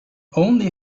only